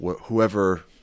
whoever